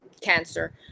cancer